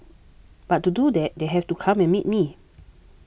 but to do that they have to come and meet me